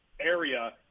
area